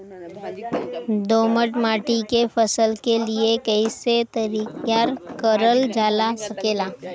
दोमट माटी के फसल के लिए कैसे तैयार करल जा सकेला?